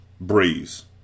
Breeze